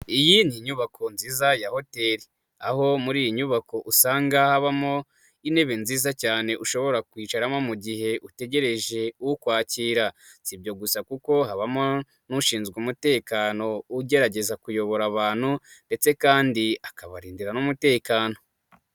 Iyi ni nyubako nziza ya hotel, aho muri iyi nyubako usanga habamo intebe nziza cyane ushobora kwiyicaramo mu gihe utegereje ukwakira. Si ibyo gusa kuko habamo n'ushinzwe umutekano ugerageza kuyobora abantu ndetse kandi akabarindira n'umutekano.